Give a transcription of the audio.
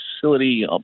facility